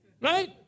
right